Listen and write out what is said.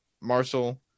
Marshall